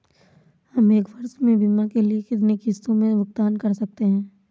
हम एक वर्ष में बीमा के लिए कितनी किश्तों में भुगतान कर सकते हैं?